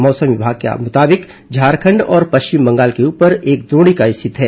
मौसम विमाग के मुताबिक झारखंड और पश्चिम बंगाल के ऊपर एक द्रोणिका स्थित है